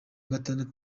gatanu